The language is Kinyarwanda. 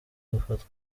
gufatwa